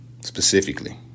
specifically